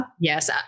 Yes